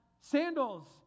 sandals